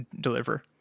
deliver